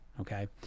okay